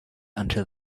until